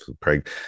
Craig